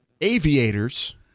Aviators